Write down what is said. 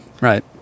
right